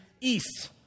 east